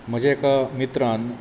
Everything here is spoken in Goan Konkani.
म्हज्या एका मित्रान